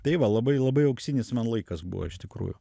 tai va labai labai auksinis man laikas buvo iš tikrųjų